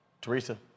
Teresa